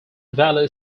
valley